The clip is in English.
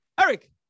Eric